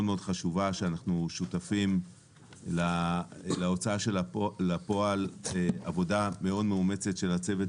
מאוד חשובה שאנחנו שותפים להוצאה לפועל של עבודה מאוד מאומצת של הצוות